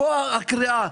פה הקריאה.